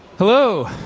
hello.